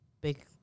big